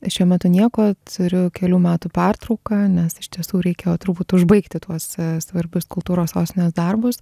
šiuo metu nieko turiu kelių metų pertrauką nes iš tiesų reikėjo turbūt užbaigti tuos svarbius kultūros sostinės darbus